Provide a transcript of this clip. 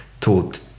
taught